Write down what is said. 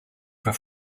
for